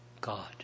God